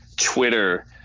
Twitter